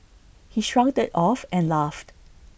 he shrugged IT off and laughed